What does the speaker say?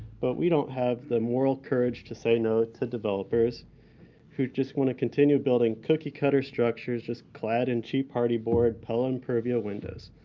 but we don't have the moral courage to say no to developers who just want to continue building cookie cutter structures just clad in cheap hardie board, pella impervia windows.